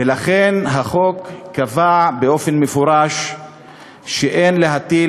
ולכן החוק קבע באופן מפורש שאין להטיל